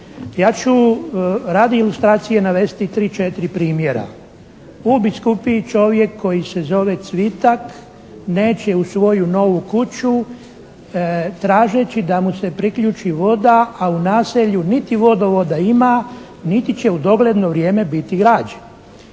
Ja ću radi ilustracije navesti tri, četiri primjera. U biskupiji čovjek koji se zove Cvitak neće u svoju novu kuću tražeći da mu se priključi voda a u naselju niti vodovoda ima niti će u dogledno vrijeme biti građen.